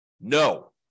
No